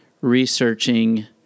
researching